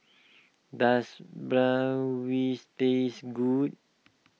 does Bratwurst taste good